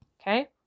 Okay